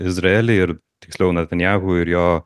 izraely ir tiksliau natanjahu ir jo